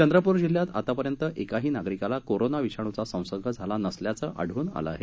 चंद्रप्र जिल्ह्यात आतापर्यंत एकाही नागरिकाला कोरोना विषाणूचा संसर्ग झाला नसल्याचे आढळून आले आहे